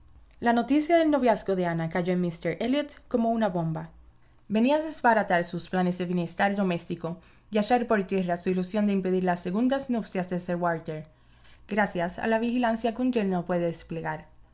la noticia del noviazgo de ana cayó en míster elliot como una bomba venía a desbaratar sus planes de bienestar doméstico y a echar por tierra su ilusión de impedir las segundas nupcias de sir walter gracias a la vigilancia que un yerno puede desplegai